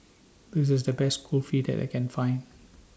This IS The Best Kulfi that I Can Find